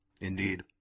Indeed